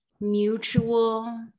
mutual